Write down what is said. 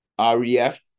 REF